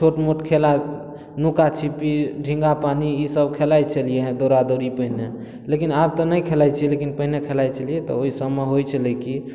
छोट मोट खेला नुका छिप्पी डेंगा पानि ईसब खेलाइ छलियै हँ दौड़ा दौड़ी पहिने लेकिन आब तऽ नहि खेलाइ छियै लेकिन पहिले खेलाइ छलियै तऽ ओहि सबमे होइ छलै की